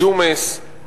ג'ומס,